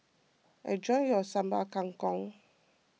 enjoy your Sambal Kangkong